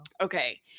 Okay